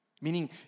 meaning